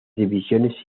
divisiones